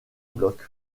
blocs